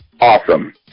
awesome